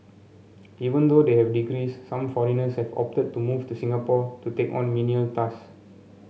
even though they have degrees some foreigners have opted to move to Singapore to take on menial task